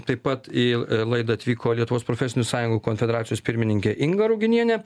taip pat į laidą atvyko lietuvos profesinių sąjungų konfederacijos pirmininkė inga ruginienė